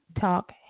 talk